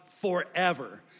forever